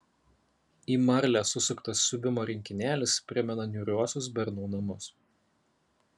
į marlę susuktas siuvimo rinkinėlis primena niūriuosius bernų namus